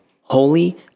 holy